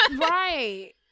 Right